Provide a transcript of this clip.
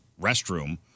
restroom